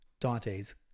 Dante's